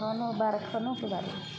खानो बार खानोके बारेमे